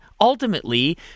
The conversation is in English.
ultimately